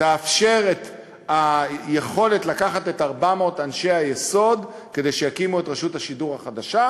ותאפשר לקחת את 400 אנשי היסוד שיקימו את רשות השידור החדשה,